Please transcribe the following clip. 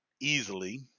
easily